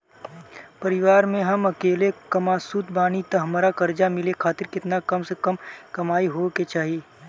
परिवार में हम अकेले कमासुत बानी त हमरा कर्जा मिले खातिर केतना कम से कम कमाई होए के चाही?